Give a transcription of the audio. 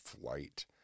flight